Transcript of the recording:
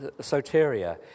soteria